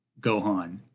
Gohan